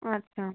আচ্ছা